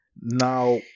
now